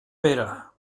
pera